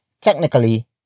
technically